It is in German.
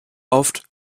oft